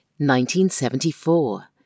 1974